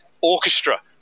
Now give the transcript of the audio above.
orchestra